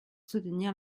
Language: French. soutenir